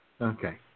Okay